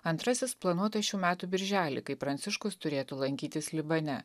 antrasis planuotas šių metų birželį kai pranciškus turėtų lankytis libane